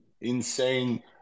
insane